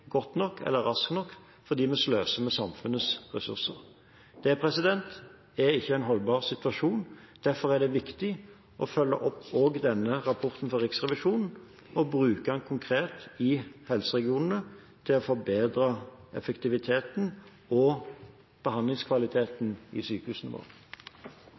godt nok eller raskt nok fordi vi sløser med samfunnets ressurser. Det er ikke en holdbar situasjon, derfor er det viktig å følge opp denne rapporten fra Riksrevisjonen og bruke den konkret i helseregionene til å forbedre effektiviteten og behandlingskvaliteten i sykehusene